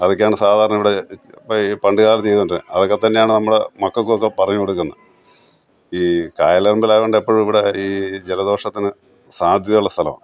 അതൊക്കെയാണ് സാധാരണ ഇവിടെ പണ്ടുകാലത്ത് ചെയ്തുകൊണ്ടിരുന്ന അതൊക്കെത്തന്നെയാണ് നമ്മുടെ മക്കള്ക്കും ഒക്കെ പറഞ്ഞുകൊടുക്കുന്നെ ഈ കായലമ്പലം ആയതുകൊണ്ട് എപ്പോഴും ഇവിടെ ഈ ജലദോഷത്തിന് സാധ്യത ഉള്ള സ്ഥല